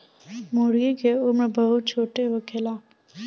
मूर्गी के उम्र बहुत छोट होखेला